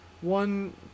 one